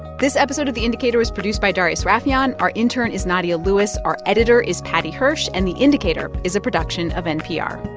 this episode of the indicator was produced by darius rafieyan. our intern is nadia lewis. our editor is paddy hirsch. and the indicator is a production of npr